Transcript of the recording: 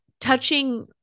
Touching